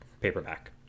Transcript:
paperback